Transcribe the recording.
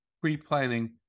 pre-planning